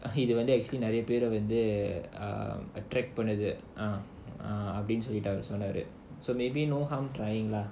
I hate it when they actually paid off ஈர்க்குது அப்டினு சொல்லிட்டு அவரு சொன்னாரு:eerkuthu apdinu sollittu avaru sonnaaru so maybe no harm trying lah